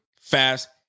fast